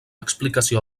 explicació